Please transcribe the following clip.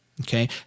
Okay